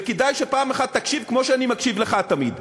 וכדאי שפעם אחת תקשיב, כמו שאני מקשיב לך תמיד.